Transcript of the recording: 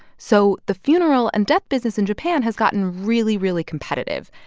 so the funeral and death business in japan has gotten really, really competitive.